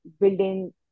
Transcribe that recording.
building